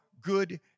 good